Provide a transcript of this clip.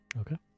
okay